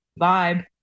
vibe